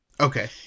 Okay